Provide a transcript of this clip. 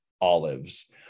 olives